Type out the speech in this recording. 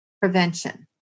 Prevention